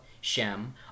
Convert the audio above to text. Shem